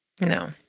No